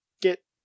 get